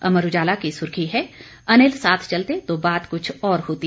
अमर उजाला की सुर्खी है अनिल साथ चलते तो बात कुछ और होती